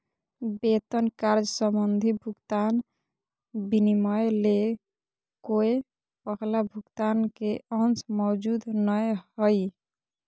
वेतन कार्य संबंधी भुगतान विनिमय ले कोय पहला भुगतान के अंश मौजूद नय हइ